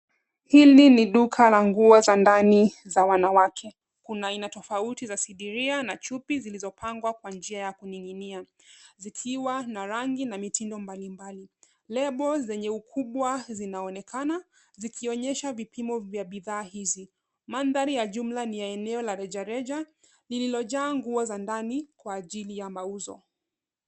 Hili ni duka la nguo za ndani za wanawake. Kuna aina tofauti za sindiria na chupi zilizopangwa kwa njia ya kuning'inia, zikiwa na rangi na mitindo mbalimbali. Lebo zenye ukubwa zinaonekana zikionyesha vipimo za nguo hizi. Mandhari ya jumla ni ya eneo la rejareja lililojaa nguo za ndani kwa ajili ya mazao.